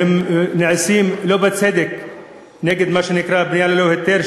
שנעשים שלא בצדק נגד מה שנקרא בנייה ללא היתר,